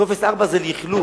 הרי טופס 4 זה לאכלוס,